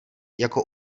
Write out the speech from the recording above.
jako